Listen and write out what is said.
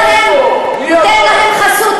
מי אמר ל-5%?